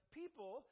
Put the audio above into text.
people